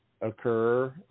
occur